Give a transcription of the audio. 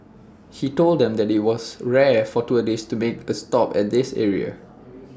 he told them that IT was rare for tourists to make A stop at this area